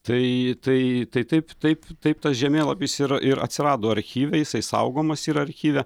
tai tai tai taip taip taip tas žemėlapis ir ir atsirado archyve jisai saugomas yra archyve